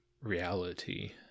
reality